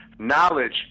knowledge